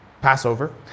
Passover